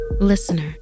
Listener